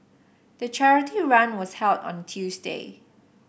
the charity run was held on Tuesday